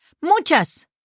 Muchas